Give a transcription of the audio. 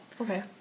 okay